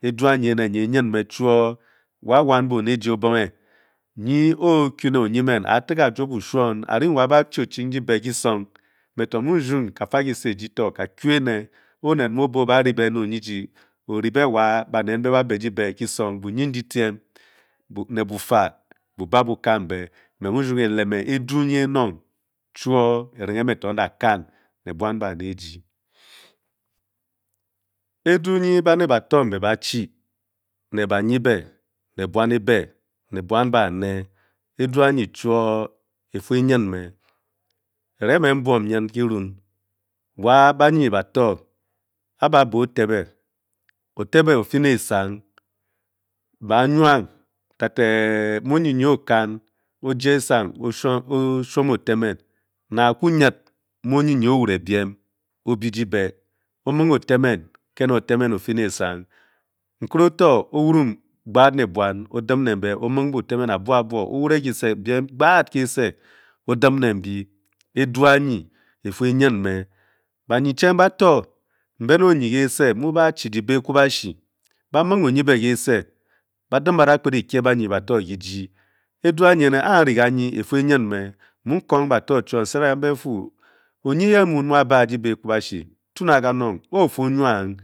Adu anye ne yen ben chor wa wan mu bon ne ji nye o-le oyemen aron wha ba chi o-chi ube okesung ka ku one ore he le oye ji boyen letem bo ba bo kam be adu inye lebian bane ba ya choob wa banye ba tor yen yen tor owulun bain omung odem te be ke fu pe yen me nibe le oye ke se ba muc'a ba ptade tua baned ba tor keji mu kung baned ba tor nsel kanbe pu ofu wang.